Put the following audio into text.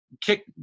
kick